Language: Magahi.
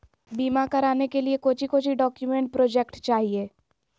बीमा कराने के लिए कोच्चि कोच्चि डॉक्यूमेंट प्रोजेक्ट चाहिए?